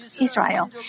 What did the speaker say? Israel